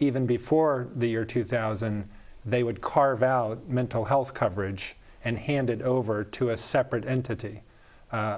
even before the year two thousand they would carve out mental health coverage and hand it over to a separate entity